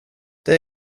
det